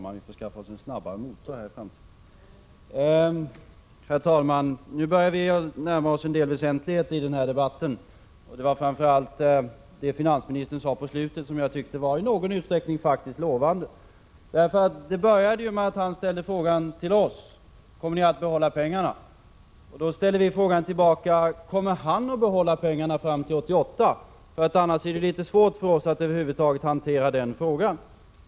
Herr talman! Nu börjar vi närma oss en del väsentligheter i denna debatt. Det var framför allt det som finansministern sade mot slutet som jag i någon utsträckning faktiskt tyckte var lovande. Det började med att han ställde en fråga till oss: Kommer ni att behålla pengarna? Då ställde vi en fråga tillbaka: Kommer finansministern att behålla pengarna fram till 1988. Annars är det litet svårt för oss att över huvud taget hantera denna fråga.